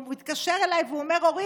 והוא מתקשר אליי ואומר: אורית,